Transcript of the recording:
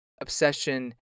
obsession